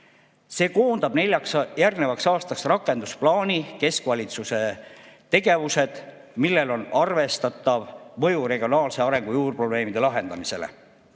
See koondab neljaks järgnevaks aastaks rakendusplaani keskvalitsuse tegevused, millel on arvestatav mõju regionaalse arengu juurprobleemide lahendamisele.